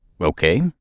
okay